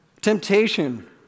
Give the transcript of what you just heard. temptation